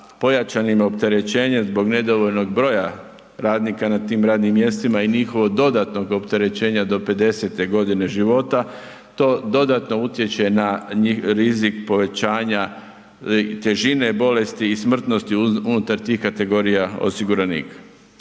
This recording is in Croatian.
pojačanim opterećenjem zbog nedovoljnog broja radnika na tim radnim mjestima i njihovog dodatnog opterećenja do 50. g. života, to dodatno utječe na rizik povećanja težine bolesti i smrtnosti unutar tih kategorija osiguranika.